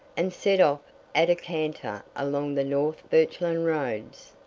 and set off at a canter along the north birchland roads.